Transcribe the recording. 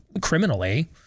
criminally